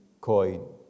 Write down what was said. coin